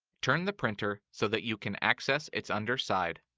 turn the printer so that you can access its underside.